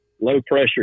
low-pressure